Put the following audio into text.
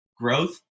growth